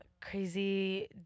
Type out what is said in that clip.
crazy